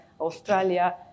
Australia